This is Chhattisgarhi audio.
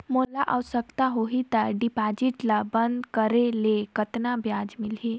मोला आवश्यकता होही त डिपॉजिट ल बंद करे ले कतना ब्याज मिलही?